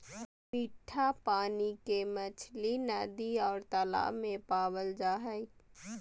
मिट्ठा पानी के मछली नदि और तालाब में पावल जा हइ